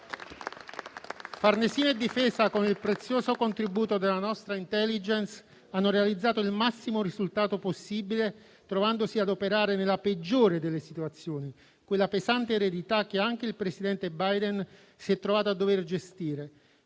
Farnesina e Difesa, con il prezioso contributo della nostra *intelligence*, hanno realizzato il massimo risultato possibile, trovandosi a operare nella peggiore delle situazioni, quella pesante eredità che anche il presidente Biden si è trovato a dover gestire,